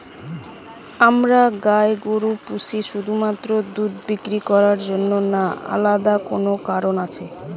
আমরা গাই গরু পুষি শুধুমাত্র দুধ বিক্রি করার জন্য না আলাদা কোনো কারণ আছে?